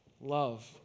love